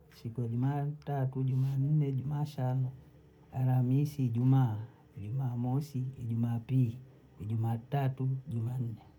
siku ya jumatatu jumanne jumaashana alamisi ijumaa jumamosi ijumapili ijumaatatu jumanne